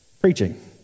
preaching